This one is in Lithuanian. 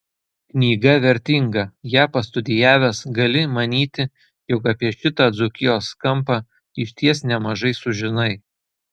knyga vertinga ją pastudijavęs gali manyti jog apie šitą dzūkijos kampą išties nemažai sužinai